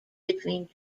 between